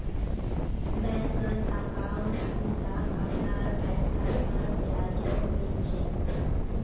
बैंकत अंकाउट हमसाक अपनार पैसार पर ब्याजो मिल छेक